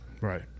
Right